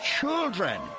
children